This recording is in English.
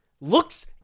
looks